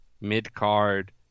mid-card